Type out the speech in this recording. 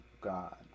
God